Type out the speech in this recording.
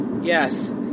Yes